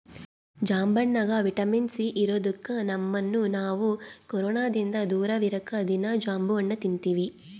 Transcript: ಜಾಂಬಣ್ಣಗ vitamin C ಇರದೊಕ್ಕ ನಮ್ಮನ್ನು ನಾವು ಕೊರೊನದಿಂದ ದೂರವಿರಕ ದೀನಾ ಜಾಂಬಣ್ಣು ತಿನ್ತಿವಿ